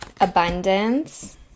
abundance